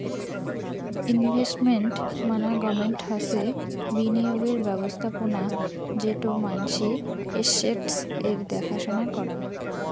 investment management হসে বিনিয়োগের ব্যবস্থাপোনা যেটো মানসি এস্সেটস এর দ্যাখা সোনা করাং